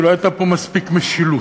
כי לא הייתה פה מספיק משילות.